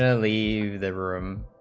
leave the room